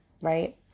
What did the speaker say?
right